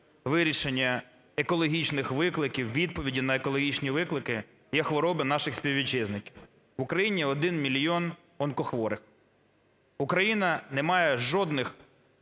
вирішення екологічних викликів, відповідей на екологічні виклики є хвороби наших співвітчизників. В Україні 1 мільйон онкохворих. Україна не має жодних